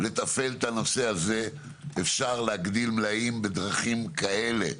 לתפעל את הנושא הזה אפשר להגדיל מלאים בדרכים כאלה,